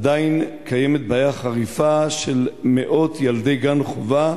עדיין קיימת בעיה חריפה של מאות ילדי גן-חובה